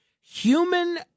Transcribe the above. human